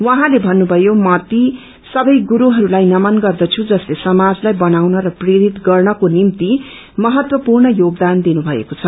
उहाँले भन्नुषयो म ती सबै गुरुहरूलाई नमन गर्दछु जसले समाजलाई बनाउन र प्रेरित गर्नको निभ्ति महत्वपूर्ण योगदान दिनुभएको छ